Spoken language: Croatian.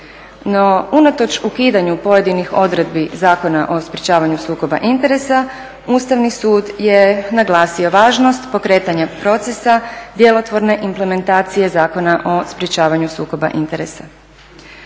unatoč ukidanju pojedinih odredbi Zakona o sprječavanju sukoba interesa Ustavni sud je naglasio važnost pokretanja procesa djelotvorne implementacija Zakona o sprječavanju sukoba interesa.